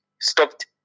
stopped